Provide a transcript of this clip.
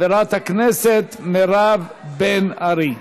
חברת הכנסת מירב בן ארי.